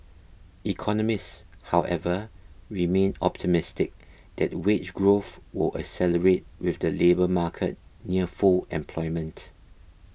economists however remain optimistic that wage growth will accelerate with the labour market near full employment